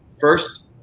first